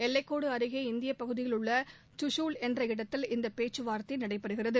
எல்லைக்கோடு அருகே இந்திய பகுதியில் உள்ள குகுல் என்ற இடத்தில் இந்த பேச்கவாா்த்தை நடைபெறுகிறது